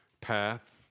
path